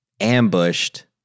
ambushed